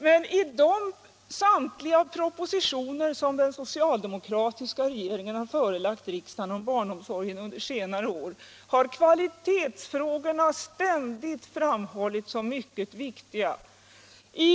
Men i samtliga propositioner som den socialdemokratiska regeringen under senare år har förelagt riksdagen om barnomsorgen har kvalitetsfrågorna ständigt framhållits såsom mycket viktiga, och konkreta förslag till åtgärder har förts fram.